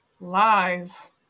Lies